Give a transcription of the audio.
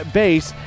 base